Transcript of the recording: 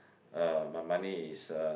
uh my money is uh